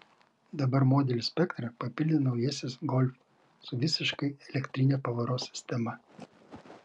dabar modelių spektrą papildė naujasis golf su visiškai elektrine pavaros sistema